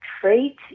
trait